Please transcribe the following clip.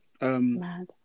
Mad